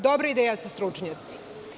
Dobre ideje su stručnjaci.